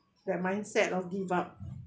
that mindset of give up